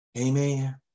Amen